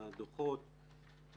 על הדוחות,